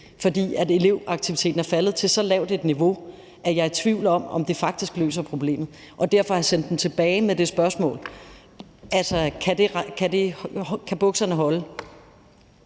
det. Elevaktiviteten er faldet til så lavt et niveau, at jeg er i tvivl om, om det faktisk løser problemet. Derfor har jeg sendt det tilbage med det spørgsmål: Kan bukserne holde?